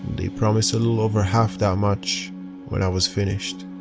they promised a little over half that much when i was finished.